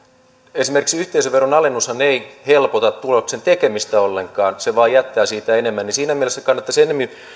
esimerkiksi yhteisöveron alennushan ei helpota tuloksen tekemistä ollenkaan se vain jättää siitä enemmän siinä mielessä kannattaisi ennemmin